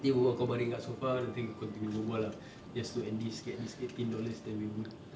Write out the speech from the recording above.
tengok kau baring dekat sofa nanti continue berbual ah just to earn this eighteen dollars then we good